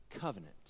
covenant